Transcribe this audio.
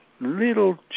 little